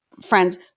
friends